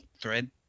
thread